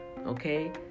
okay